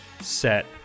set